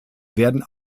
werden